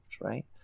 right